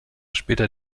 später